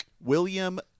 william